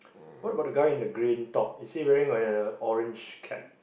what about the guy in the green top is he wearing a orange cap